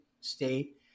state